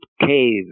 cave